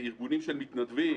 בארגונים של מתנדבים,